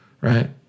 right